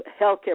healthcare